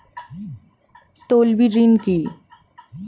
তলবি ঋণ কি?